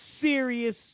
serious